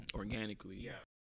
organically